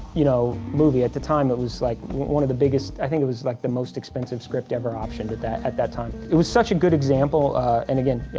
you know movie at the time it was like one of the biggest i think it was like the most expensive script ever optioned at that at that time. it was such a good example and again